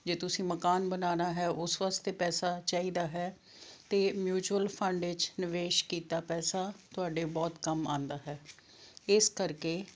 ਜੇ ਤੁਸੀਂ ਮਕਾਨ ਬਣਾਉਣਾ ਹੈ ਉਸ ਵਾਸਤੇ ਪੈਸਾ ਚਾਹੀਦਾ ਹੈ ਅਤੇ ਮਿਊਚੁਅਲ ਫ਼ੰਡ ਵਿੱਚ ਨਿਵੇਸ਼ ਕੀਤਾ ਪੈਸਾ ਤੁਹਾਡੇ ਬਹੁਤ ਕੰਮ ਆਉਂਦਾ ਹੈ ਇਸ ਕਰਕੇ